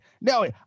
no